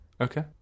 Okay